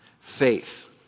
Faith